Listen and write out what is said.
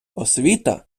освіта